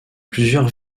plusieurs